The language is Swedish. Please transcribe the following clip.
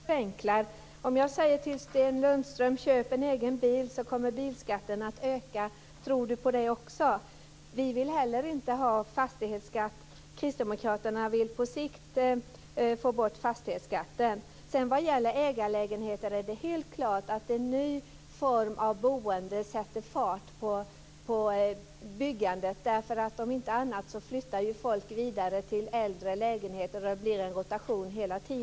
Fru talman! Nu skall jag förenkla, likaväl som Sten Lundström förenklar. Om jag säger till Sten Lundström att köpa en egen bil, kommer bilskatten att öka. Tror Sten Lundström på det också? Vi vill inte heller ha fastighetsskatt. Kristdemokraterna vill på sikt få bort fastighetsskatten. Det är helt klart att ägarlägenheter - en ny form av boende - sätter fart på byggandet. Om inte annat flyttar folk vidare till äldre lägenheter. Det blir en rotation.